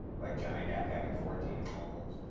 like johnny depp having fourteen homes.